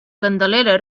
candelera